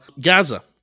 Gaza